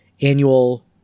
annual